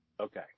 Okay